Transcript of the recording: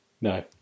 no